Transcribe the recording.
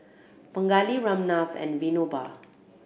Pingali Ramnath and Vinoba